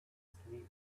excited